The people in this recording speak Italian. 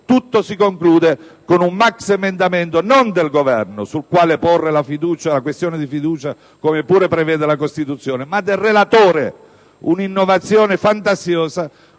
tutto si conclude con un maxiemendamento non del Governo, sul quale porre la questione di fiducia, come pure prevede la Costituzione, ma del relatore: una innovazione fantasiosa,